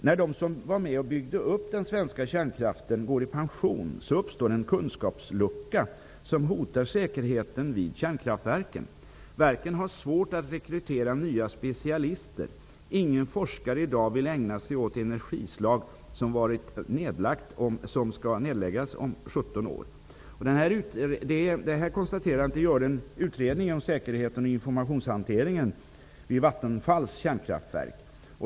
''När de som var med om att bygga upp den svenska kärnkraften går i pension uppstår en kunskapslucka som hotar säkerheten vid kärnkraftverken. Verken har svårt att rekrytera nya specialister. Ingen forskare i dag vill ägna sig åt ett energislag som ska vara nedlagt om 17 år.'' Detta konstaterande gör en utredning om säkerheten och informationshanteringen vid Vattenfalls kärnkraftverk.